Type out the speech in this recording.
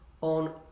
on